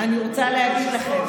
אני רוצה להגיד לכם,